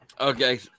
Okay